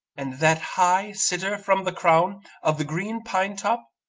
and that high sitter from the crown of the green pine-top,